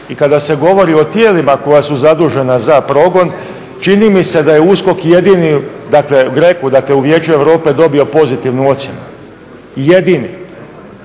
i kada se govori o tijelima koja su zadužena za progon, čini mi se da je USKOK jedini, dakle u GRECO-u dakle u Vijeću Europe dobio pozitivnu ocjenu, jedini.